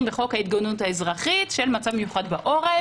בחוק ההתגוננות האזרחית של מצב מיוחד בעורף.